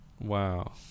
Wow